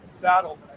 battle